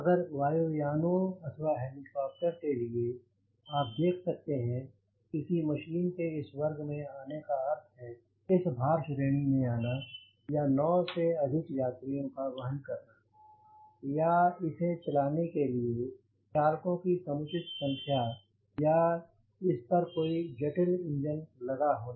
अगर वायु यानों अथवा हेलीकॉप्टर के लिए आप देख सकते हैं किसी मशीन के इस वर्ग में आने का अर्थ है इस भार श्रेणी में आना या 9 से अधिक यात्रियों का वहन करना या इसे चलाने के लिए चालकों की समुचित संख्या या इस पर कोई जटिल इंजन का लगा होना